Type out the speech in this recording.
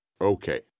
Okay